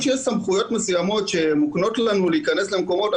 סמכויות מסוימות שמוקנות לנו להיכנס למקומות,